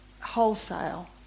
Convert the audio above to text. wholesale